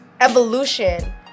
evolution